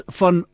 van